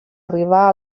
arribar